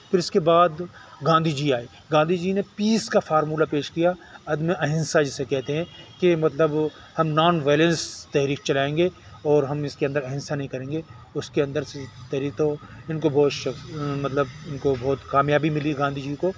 پھر اس کے بعد گاندھی جی آئے گاندھی جی نے پیس کا فارمولہ پیش کیا عدم اہنسا جسے کہتے ہیں کہ مطلب ہم نان وائلینس تحریک چلائیں گے اور ہم اس کے اندر اہنسا نہیں کریں گے اس کے اندر سے جو تحریک تو وہ ان کو بہت مطلب ان کو بہت کامیابی ملی گاندھی جی کو